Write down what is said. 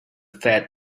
fat